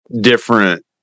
different